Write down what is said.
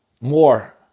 more